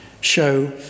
show